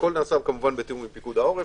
הכול נעשה בתיאום עם פיקוד העורף.